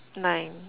nine